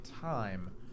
time